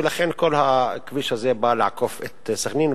ולכן כל הכביש בא לעקוף את סח'נין,